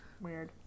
weird